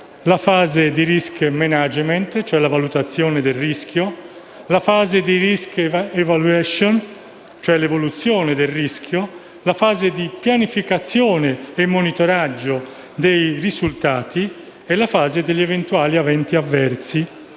la fase di *risk management*, ovvero la valutazione del rischio; la fase di *risk evaluation*, e cioè l'evoluzione del rischio; la fase di pianificazione e monitoraggio dei risultati; la fase degli eventuali eventi avversi